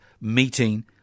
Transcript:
meeting